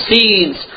seeds